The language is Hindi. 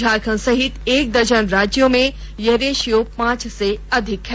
झारखंड सहित एक दर्जन राज्यों में यह रेशियो पांच से अधिक है